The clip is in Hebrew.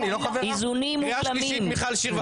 הורסים את המדינה.